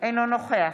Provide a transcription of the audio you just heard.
אינו נוכח